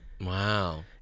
Wow